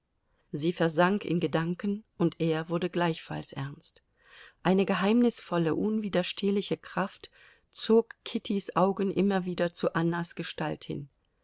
sie versank in gedanken und er wurde gleichfalls ernst eine geheimnisvolle unwiderstehliche kraft zog kittys augen immer wieder zu annas gestalt hin